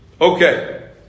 Okay